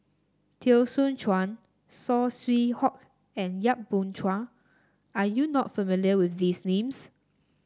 Teo Soon Chuan Saw Swee Hock and Yap Boon Chuan are you not familiar with these names